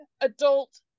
adult